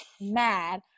mad